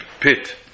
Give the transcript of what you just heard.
pit